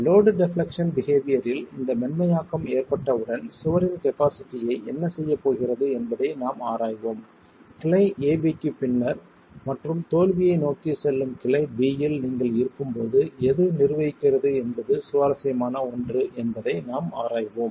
load deflection பிஹெவியர்யில் இந்த மென்மையாக்கம் ஏற்பட்டவுடன் சுவரின் கபாஸிட்டியை என்ன செய்யப் போகிறது என்பதை நாம் ஆராய்வோம் கிளை ab க்கு பின்னர் மற்றும் தோல்வியை நோக்கி செல்லும் கிளை b யில் நீங்கள் இருக்கும்போது எது நிர்வகிக்கிறது என்பது சுவாரஸ்யமான ஒன்று என்பதை நாம் ஆராய்வோம்